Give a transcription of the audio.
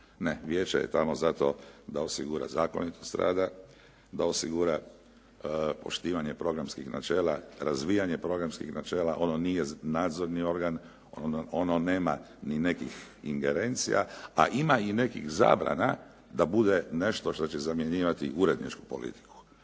Ne. Vijeće je tamo za to da osigura zakonitost rada, da osigura poštivanje programskih načela, razvijanje programskih načela. Ono nije nadzorni organ. Ono nema ni nekih ingerencija, a ima i nekih zabrana da bude nešto što će zamjenjivati uredničku politiku.